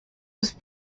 was